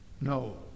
No